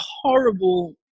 horrible